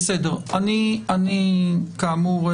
כאמור,